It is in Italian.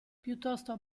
piuttosto